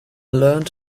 learned